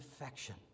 affection